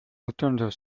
alternative